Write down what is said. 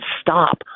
stop